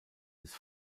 des